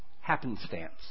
Happenstance